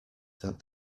that